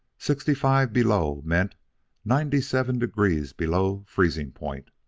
sixty-five below meant ninety-seven degrees below freezing-point.